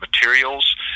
materials